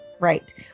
Right